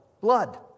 blood